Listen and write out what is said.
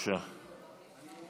זה לא